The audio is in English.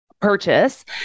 purchase